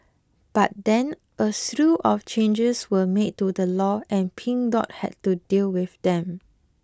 but then a slew of changes were made to the law and Pink Dot had to deal with them